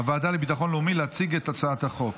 נעבור לנושא הבא על סדר-היום, הצעת חוק